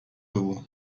dugu